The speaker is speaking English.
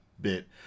bit